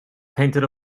painted